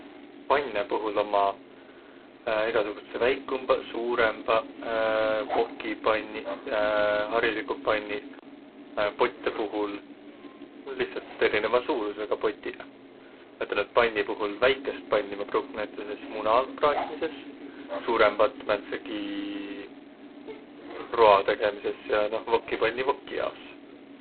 Pannõ puhul ummaq egäsugutsõq väikumbaq, suurõmbaq, wokipanniq, hariliguq panniq. Pottõ puhul, no lihtsalt erinevä suurusõga potiq. Ma ütelnüq, et panni puhul väikest panni maq pruuknuq näütüses muna praatmisõs, suurõmbat määndsegi rua tegemises ja noh wokipanni woki jaos.